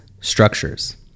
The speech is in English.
structures